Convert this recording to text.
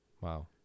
Wow